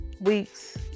weeks